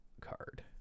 card